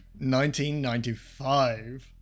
1995